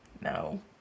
no